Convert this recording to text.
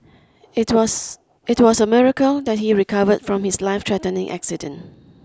it was it was a miracle that he recovered from his lifethreatening accident